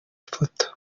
foto